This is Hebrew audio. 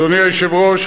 אדוני היושב-ראש,